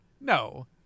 no